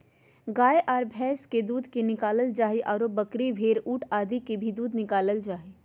गाय आर भैंस के दूध निकालल जा हई, आरो बकरी, भेड़, ऊंट आदि के भी दूध निकालल जा हई